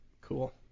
Cool